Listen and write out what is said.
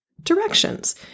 directions